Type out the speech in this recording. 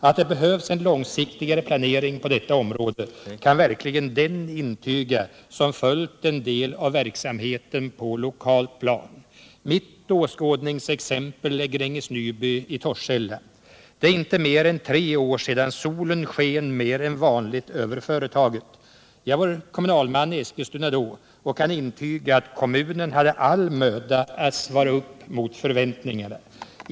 Att det behövs en långsiktigare planering på detta område kan verkligen den intyga som följt en del av verkligheten på lokalt plan. Mitt åskådningsexempel är Gränges Nyby i Torshälla. Det är inte mer än tre år sedan solen sken mer än vanligt över företaget. Jag var kommunalman i Eskilstuna då och kan intyga att kommunen hade all möda att svara upp mot förväntningarna.